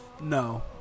No